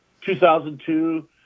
2002